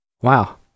Wow